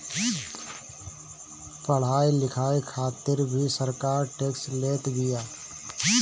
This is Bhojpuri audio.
पढ़ाई लिखाई खातिर भी सरकार टेक्स लेत बिया